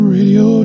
Radio